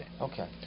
Okay